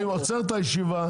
-- אני עוצר את הישיבה,